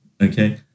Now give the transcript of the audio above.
Okay